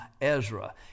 Ezra